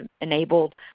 enabled